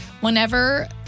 Whenever